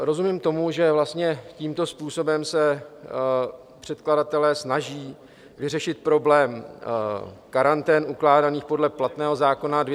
Rozumím tomu, že vlastně tímto způsobem se předkladatelé snaží vyřešit problém karantén ukládaných podle platného zákona č. 258/2000 Sb.